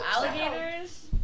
alligators